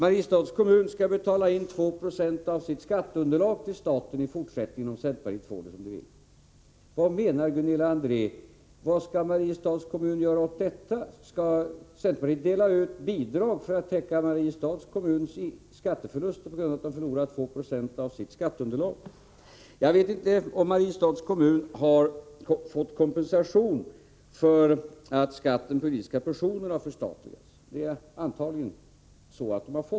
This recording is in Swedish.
Mariestads kommun skall i fortsättningen till staten betala in 2 90 av sitt skatteunderlag, om man i centerpartiet får som man vill. Vad menar då Gunilla André med sitt resonemang? Vad skall Mariestads kommun göra åt det här? Skall centerpartiet dela ut bidrag för att täcka de förluster som Mariestads kommun drabbas av på grund av att kommunen förlorat 2 96 av sitt skatteunderlag? Jag vet inte om Mariestads kommun har fått kompensation för att skatten på juridiska personer har förstatligats. Antagligen har man det.